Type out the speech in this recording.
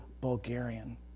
Bulgarian